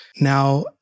Now